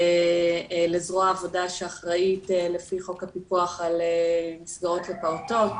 לזרוע העבודה שאחראית לפי חוק הפיקוח על מסגרות לפעוטות.